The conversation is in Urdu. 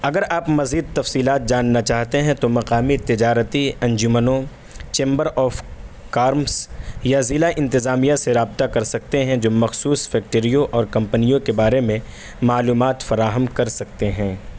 اگر آپ مزید تفصیلات جاننا چاہتے ہیں تو مقامی تجارتی انجمنوں چیمبر آف چارمس یا ضلع انتظامیہ سے رابطہ کر سکتے ہیں جو مخصوص فیکٹریوں اور کمپنیوں کے بارے میں معلومات فراہم کر سکتے ہیں